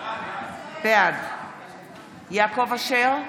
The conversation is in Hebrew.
בעד יעקב אשר,